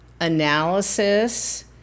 analysis